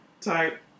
type